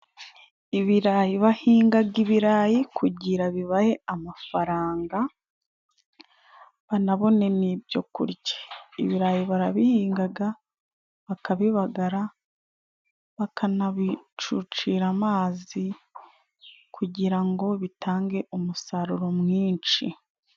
Ibirayi, bahingaga ibirayi kugira bibahe amafaranga banabone n'byo kurya. Ibirayi barabihingaga bakabibagara, bakana bicucira amazi kugira ngo bitange umusaruro mwinshi.